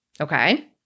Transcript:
Okay